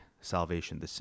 salvation